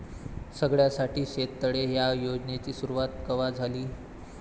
सगळ्याइसाठी शेततळे ह्या योजनेची सुरुवात कवा झाली?